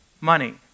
money